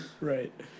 right